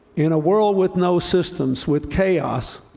in a world with no systems, with chaos,